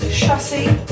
chassis